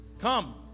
Come